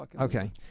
Okay